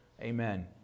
Amen